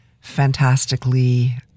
fantastically